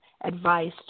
advice